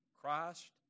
Christ